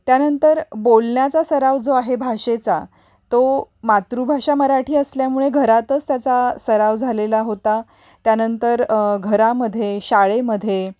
त्यानंतर बोलण्याचा सराव जो आहे भाषेचा तो मातृभाषा मराठी असल्यामुळे घरातच त्याचा सराव झालेला होता त्यानंतर घरामध्ये शाळेमध्ये